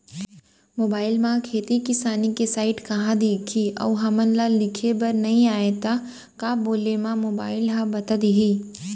Mobile म खेती किसानी के साइट कहाँ दिखही अऊ हमला लिखेबर नई आय त का बोले म मोबाइल ह बता दिही?